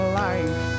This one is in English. life